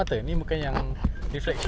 tiga puluh